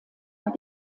war